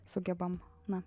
sugebam na